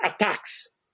attacks